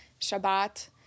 Shabbat